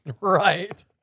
Right